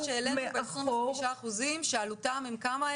שהעלינו את הפטור ל-5% שעלותם הם כמה,